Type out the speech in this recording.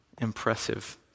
Impressive